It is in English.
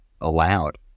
allowed